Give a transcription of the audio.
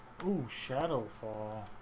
shadow for